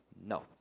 No